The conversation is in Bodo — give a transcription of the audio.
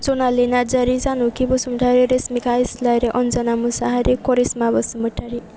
जनालि नार्जीरि जानकि बसुमतारि रिसमिका इसलारि अन्जना मुसाहारि करिश्मा बसुमतारि